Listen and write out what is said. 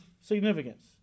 significance